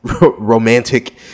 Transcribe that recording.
romantic